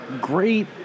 great